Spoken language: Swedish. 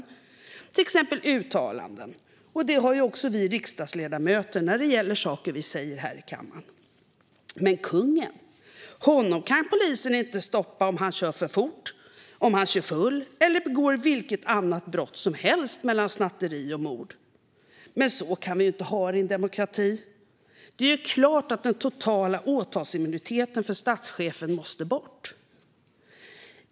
Det gäller exempelvis uttalanden. Så är det också för oss riksdagsledamöter när det handlar om saker vi säger här i kammaren. Men kungen - honom kan polisen inte stoppa om han kör för fort, om han kör full eller om han begår vilket annat brott som helst mellan snatteri och mord. Så kan vi ju inte ha det i en demokrati! Det är klart att den totala åtalsimmuniteten för statschefen måste bort.